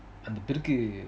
அது பிறகு:athu peragu